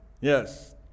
Yes